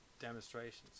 demonstrations